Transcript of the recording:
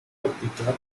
óptica